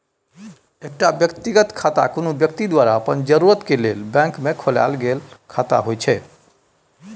एकटा व्यक्तिगत खाता कुनु व्यक्ति द्वारा अपन जरूरत के लेल बैंक में खोलायल गेल खाता होइत छै